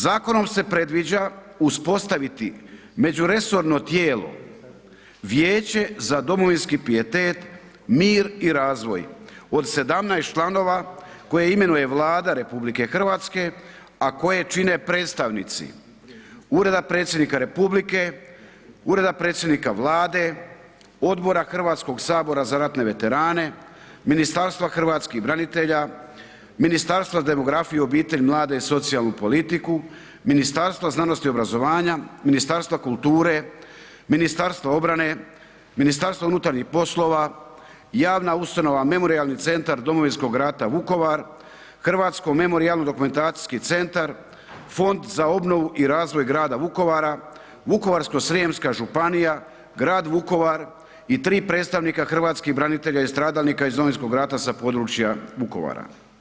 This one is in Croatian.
Zakonom se predviđa uspostaviti međuresorno tijelo, Vijeće za domovinski pijetet, mir i razvoj od 17 članova koje imenuje Vlada RH, a koje čine predstavnici Ureda predsjednika Republike, Ureda predsjednika Vlade, Odbora Hrvatskog sabora za ratne veterane, Ministarstva hrvatskih branitelja, Ministarstva za demografiju, obitelj, mlade i socijalnu politiku, Ministarstva znanosti i obrazovanja, Ministarstva kulture, Ministarstva obrane, Ministarstva unutarnjih poslova, javna ustanova Memorijalni centar Domovinskog rata Vukovar, Hrvatsko memorijalno-dokumentacijski centar, Fond za obnovu i razvoj grada Vukovara, Vukovarsko-srijemska županija, grad Vukovar i tri predstavnika hrvatskih branitelja i stradalnika iz Domovinskog rata sa područja Vukovara.